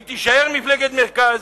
היא תישאר מפלגת מרכז,